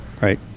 Right